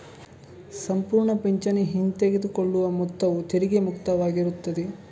ಸಂಪೂರ್ಣ ಪಿಂಚಣಿ ಹಿಂತೆಗೆದುಕೊಳ್ಳುವ ಮೊತ್ತವು ತೆರಿಗೆ ಮುಕ್ತವಾಗಿರುತ್ತದೆ